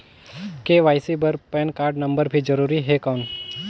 KYC बर PAN card number भी जरूरी हे कौन?